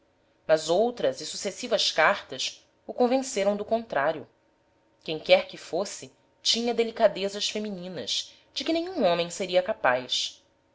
mas outras e sucessivas cartas o convenceram do contrário quem quer que fosse tinha delicadezas femininas de que nenhum homem seria capaz